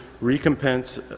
recompense